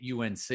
unc